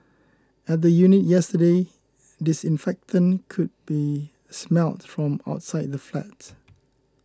at the unit yesterday disinfectant could be smelt from outside the flat